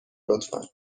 لطفا